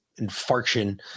infarction